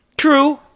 true